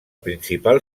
principal